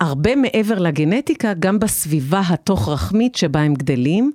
הרבה מעבר לגנטיקה, גם בסביבה התוך-רחמית שבה הם גדלים.